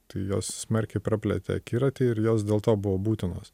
tai jos smarkiai praplėtė akiratį ir jos dėl to buvo būtinos